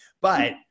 But-